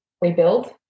rebuild